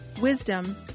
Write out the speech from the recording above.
wisdom